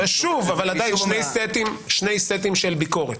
אבל שוב, זה שני סטים של ביקורת,